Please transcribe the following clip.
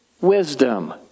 wisdom